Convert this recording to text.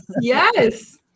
Yes